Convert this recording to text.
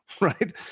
right